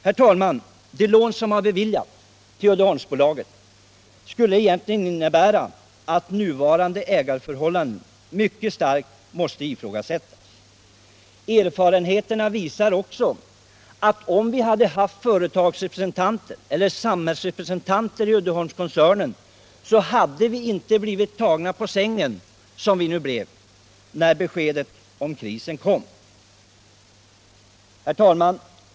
Det lån som Uddeholmsbolaget beviljats skulle egentligen innebära att nuvarande ägarförhållanden mycket starkt måste ifrågasättas. Erfarenheterna visar också att om vi hade haft samhällsrepresentanter i Uddeholmskoncernen så hade vi inte blivit så tagna på sängen som vi nu blev när beskedet om krisen kom.